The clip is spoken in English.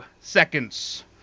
seconds